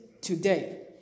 today